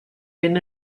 been